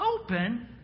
open